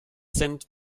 sind